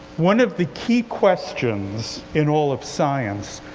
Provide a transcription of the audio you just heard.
one of the key questions in all of science,